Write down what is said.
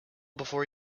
before